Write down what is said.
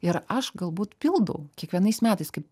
ir aš galbūt pildau kiekvienais metais kaip